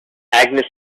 agnes